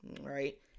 right